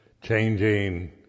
changing